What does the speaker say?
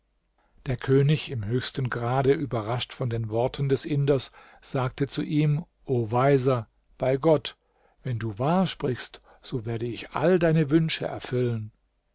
der könig im höchsten grade überrascht von den worten des indiers sagte zu ihm o weiser bei gott wenn du wahr sprichst so werde ich all deine wünsche erfüllen